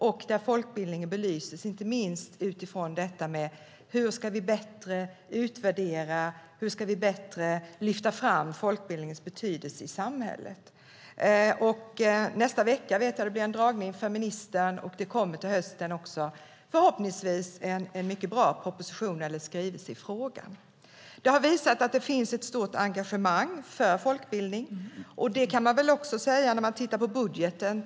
Där belyses folkbildningen, inte minst utifrån detta med hur vi bättre ska utvärdera och hur vi bättre ska lyfta fram folkbildningens betydelse i samhället. Nästa vecka blir det en dragning för ministern, och till hösten kommer det förhoppningsvis en mycket bra proposition eller skrivelse i frågan. Det har visat att det finns ett stort engagemang för folkbildning, och det kan man också säga när man tittar på budgeten.